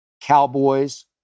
Cowboys